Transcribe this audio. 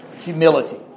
humility